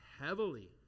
heavily